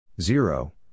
zero